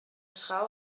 schaal